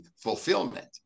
fulfillment